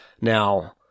Now